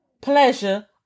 pleasure